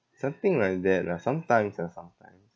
something like that ah sometimes ah sometimes